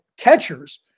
catchers